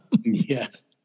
Yes